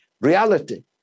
reality